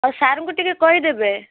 ଆଉ ସାରଙ୍କୁ ଟିକେ କହିଦେବେ